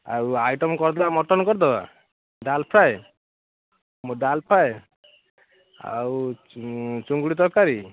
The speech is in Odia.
ଆଉ ଆଇଟମ୍ କରିଦେବା ମଟନ୍ କରିଦେବା ଡାଲ୍ ଫ୍ରାଏ ଡାଲ୍ ଫ୍ରାଏ ଆଉ ଚିଙ୍ଗୁଡ଼ି ତରକାରୀ